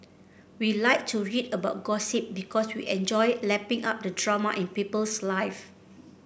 we like to read about gossip because we enjoy lapping up the drama in people's life